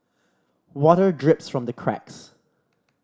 water drips from the cracks